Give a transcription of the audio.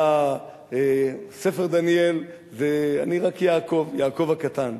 היה ספר דניאל, ואני רק יעקב, יעקב הקטן.